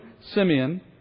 Simeon